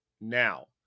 Now